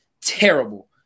terrible